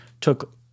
took